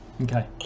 Okay